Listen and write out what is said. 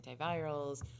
antivirals